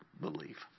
belief